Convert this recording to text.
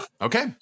Okay